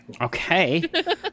Okay